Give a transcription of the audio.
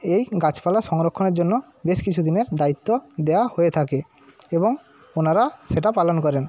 এই গাছপালা সংরক্ষণের জন্য বেশ কিছুদিনের দায়িত্ব দেওয়া হয়ে থাকে এবং ওনারা সেটা পালন করেন